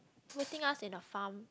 putting us in a farm